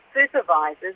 supervisors